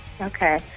Okay